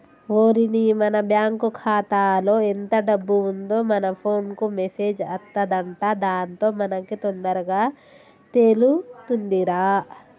ఓరిని మన బ్యాంకు ఖాతాలో ఎంత డబ్బు ఉందో మన ఫోన్ కు మెసేజ్ అత్తదంట దాంతో మనకి తొందరగా తెలుతుందిరా